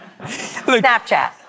Snapchat